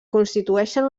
constitueixen